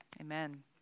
Amen